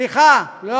לא